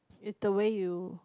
it's the way you